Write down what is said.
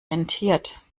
rentiert